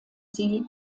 sie